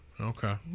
Okay